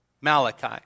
Malachi